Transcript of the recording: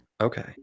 Okay